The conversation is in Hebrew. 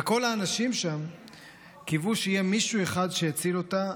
וכל האנשים שם קיוו שיהיה מישהו אחד שיציל אותה,